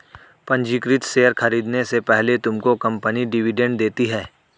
पंजीकृत शेयर खरीदने से पहले तुमको कंपनी डिविडेंड देती है